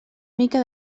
mica